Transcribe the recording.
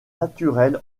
naturel